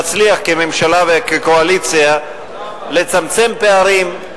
נצליח כממשלה וכקואליציה לצמצם פערים,